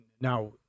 now